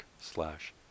slash